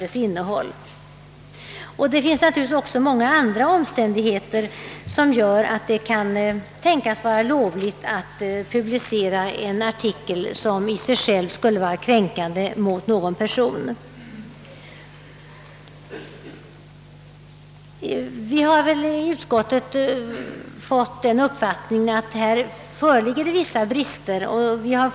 Det finns naturligtvis många andra omständigheter som gör att det kan tänkas vara lovligt att publicera en artikel, som i sig själv skulle vara kränkande mot någon person. Inom utskottet har vi fått den uppfattningen att det finns brister i lagen.